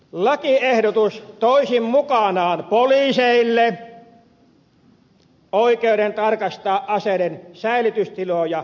lakiehdotus toisi mukanaan poliiseille oikeuden tarkastaa aseiden säilytystiloja yksityiskodeissa